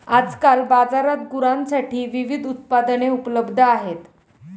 आजकाल बाजारात गुरांसाठी विविध उत्पादने उपलब्ध आहेत